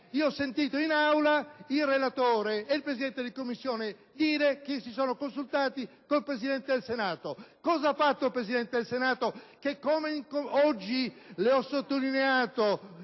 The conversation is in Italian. Io ho sentito in Aula il relatore e il Presidente della Commissione dire che si sono consultati con il Presidente del Senato. Cosa ha fatto il Presidente del Senato? Come oggi ho sottolineato